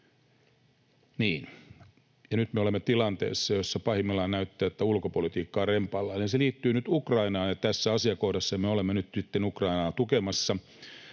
nyt me olemme tilanteessa, jossa pahimmillaan näyttää, että ulkopolitiikka on rempallaan. Se liittyy nyt Ukrainaan, ja tässä asiakohdassa me olemme nyt sitten Ukrainaa tukemassa